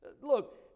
Look